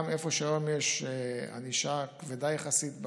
גם איפה שהיום יש ענישה כבדה יחסית,